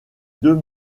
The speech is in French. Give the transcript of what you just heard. deux